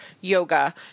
yoga